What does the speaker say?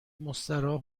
مستراح